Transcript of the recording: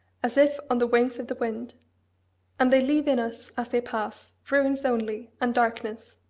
as if on the wings of the wind and they leave in us, as they pass, ruins only, and darkness.